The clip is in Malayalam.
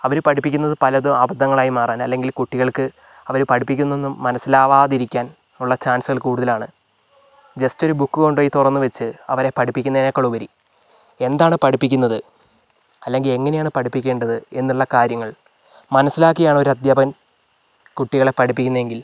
അവർ പഠിപ്പിക്കുന്നത് പലതും അബദ്ധങ്ങളായി മാറാൻ അല്ലെങ്കിൽ കുട്ടികൾക്ക് അവർ പഠിപ്പിക്കുന്നതൊന്നും മനസ്സിലാകാതിരിക്കാൻ ഉള്ള ചാൻസുകൾ കൂടുതലാണ് ജസ്റ്റ് ഒരു ബുക്ക് കൊണ്ട് പോയി തുറന്ന് വെച്ച് അവരെ പഠിപ്പിക്കുന്നതിനേക്കാൾ ഉപരി എന്താണ് പഠിപ്പിക്കുന്നത് അല്ലെങ്കിൽ എങ്ങനെയാണ് പഠിപ്പിക്കേണ്ടത് എന്നുള്ള കാര്യങ്ങൾ മനസ്സിലാക്കിയാണ് ഒരദ്ധ്യാപകൻ കുട്ടികളെ പഠിപ്പിക്കുന്നതെങ്കിൽ